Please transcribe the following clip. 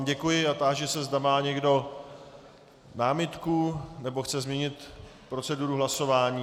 Děkuji vám a táži se, zda má někdo námitku nebo chce změnit proceduru hlasování.